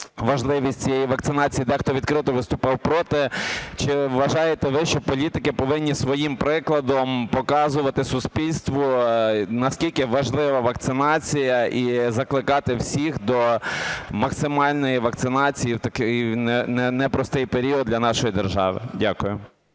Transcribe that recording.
важливість цієї вакцинації, дехто відкрито виступав проти. Чи вважаєте ви, що політики повинні своїм прикладом показувати суспільству, наскільки важлива вакцинація, і закликати всіх до максимальної вакцинації в такий непростий період для нашої держави? Дякую.